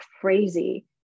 crazy